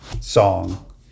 song